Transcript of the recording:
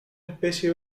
especie